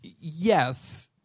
yes